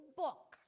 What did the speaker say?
book